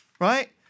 right